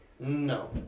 No